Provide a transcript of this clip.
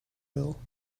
will